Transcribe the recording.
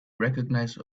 recognize